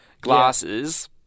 glasses